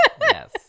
Yes